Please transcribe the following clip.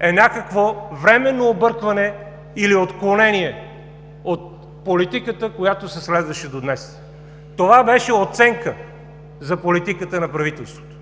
е някакво временно объркване или отклонение от политиката, която се следваше до днес. Това беше оценка за политиката на правителството